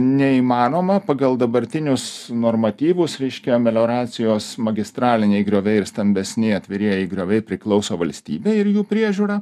neįmanoma pagal dabartinius normatyvus raiškia melioracijos magistraliniai grioviai ir stambesni atvirieji grioviai priklauso valstybei ir jų priežiūra